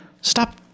stop